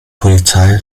polizei